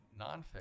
nonfiction